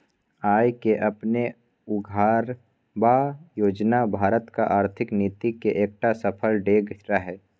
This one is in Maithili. आय केँ अपने उघारब योजना भारतक आर्थिक नीति मे एकटा सफल डेग रहय